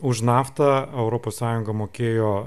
už naftą europos sąjunga mokėjo